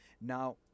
now